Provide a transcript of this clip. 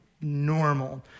normal